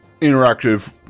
interactive